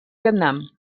vietnam